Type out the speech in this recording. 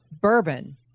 bourbon